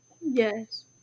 yes